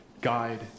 guide